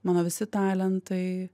mano visi talentai